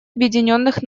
объединенных